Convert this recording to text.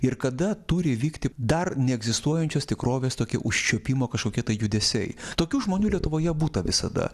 ir kada turi vykti dar neegzistuojančios tikrovės tokie užčiuopimo kažkokie tai judesiai tokių žmonių lietuvoje būta visada